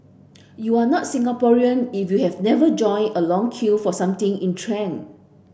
you are not Singaporean if you have never joined a long queue for something in trend